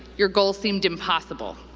your goal seemed impossible.